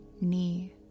knee